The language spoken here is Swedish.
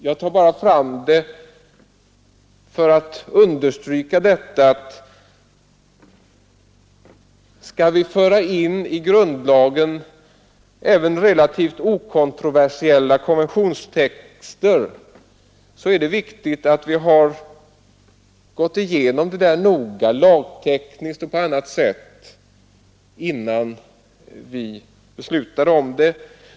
Jag tar bara fram detta exempel för att understryka att om vi skall föra in i grundlagen även relativt okontroversiella konventionstexter så är det viktigt att vi har gått igenom dem noga — lagtekniskt och på annat sätt — innan vi beslutar.